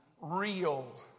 real